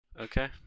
Okay